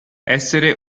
essere